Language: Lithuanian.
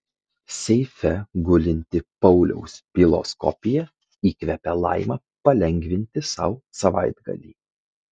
seife gulinti pauliaus bylos kopija įkvepia laimą palengvinti sau savaitgalį